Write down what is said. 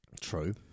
True